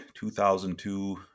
2002